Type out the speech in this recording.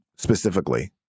Specifically